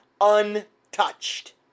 untouched